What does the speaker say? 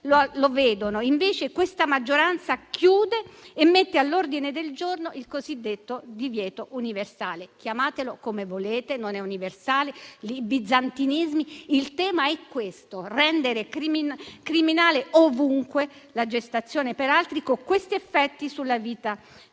lo vedono. Invece, questa maggioranza chiude e mette all'ordine del giorno il cosiddetto divieto universale. Chiamatelo come volete: non è un divieto universale, ma questi sono bizantinismi. Il tema è questo: rendere criminale ovunque la gestazione per altri, con questi effetti sulla vita dei